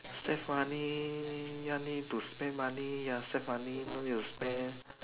save money don't need to spend money ya save money don't need to spend